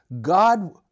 God